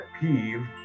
peeve